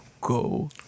go